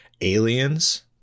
Aliens